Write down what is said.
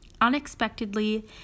Unexpectedly